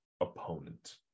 opponent